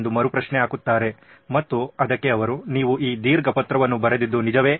ಎಂದು ಮರು ಪ್ರಶ್ನೆ ಹಾಕುತ್ತಾರೆ ಮತ್ತು ಅದಕ್ಕೆ ಅವರು ನೀವು ಈ ದೀರ್ಘ ಪತ್ರವನ್ನು ಬರೆದಿದ್ದು ನಿಜವೇ